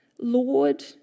Lord